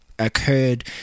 Occurred